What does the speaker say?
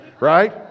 Right